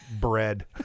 bread